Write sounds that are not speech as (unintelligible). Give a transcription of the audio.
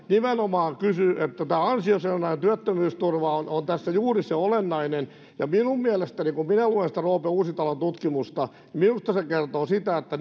nimenomaan kysyn sillä tämä ansiosidonnainen työttömyysturva on on tässä juuri se olennainen ja kun minä luen sitä roope uusitalon tutkimusta minusta se kertoo sitä että (unintelligible)